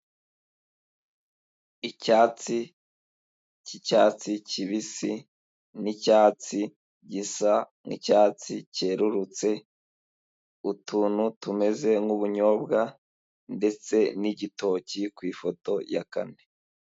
Icyatsi cy'icyatsi kibisi, n'icyatsi gisa nk'icyatsi cyerurutse, utuntu tumeze nk'ubunyobwa ndetse n'igitoki ku ifoto ya kane.